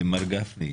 מר גפני,